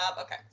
Okay